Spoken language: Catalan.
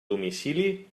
domicili